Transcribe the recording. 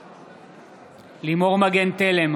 בעד לימור מגן תלם,